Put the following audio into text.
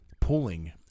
pulling